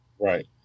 Right